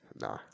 Nah